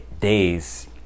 days